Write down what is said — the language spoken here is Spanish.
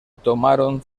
tomaron